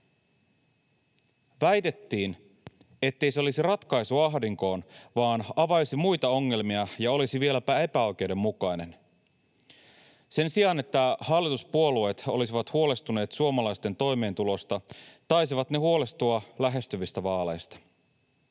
Väitettiin, ettei se olisi ratkaisu ahdinkoon vaan avaisi muita ongelmia ja olisi vieläpä epäoikeudenmukainen. Sen sijaan, että hallituspuolueet olisivat huolestuneet suomalaisten toimeentulosta, taisivat ne huolestua lähestyvistä vaaleista.